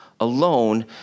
alone